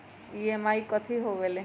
EMI कथी होवेले?